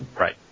Right